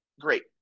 great